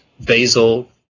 basil